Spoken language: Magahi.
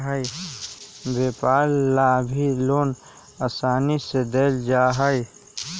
व्यापार ला भी लोन आसानी से देयल जा हई